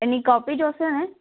એની copy જોઇશે ને